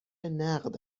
نقد